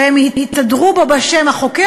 שהם התהדרו בשם שלו,